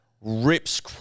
rips